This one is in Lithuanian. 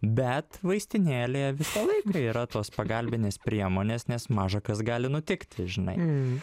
bet vaistinėlėje visą laiką yra tos pagalbinės priemonės nes maža kas gali nutikti žinai